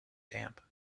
damp